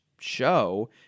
show